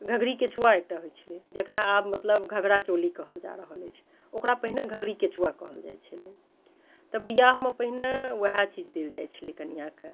घघरी केचुआ एकटा होइत छलै जेकरा आब मतलब घाघरा चोली कहल जा रहल अछि ओकरा पहिने घघरी केचुआ कहल जाइत छलै तऽ बिआहमे पहिने ओएह चीज देल जाइत छलै कनियाँके